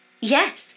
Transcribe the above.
Yes